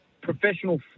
professional